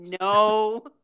no